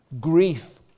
Grief